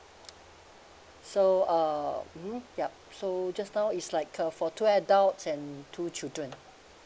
so uh mmhmm yup so just now is like uh for two adults and two children